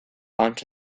onto